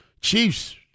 Chiefs